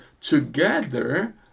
together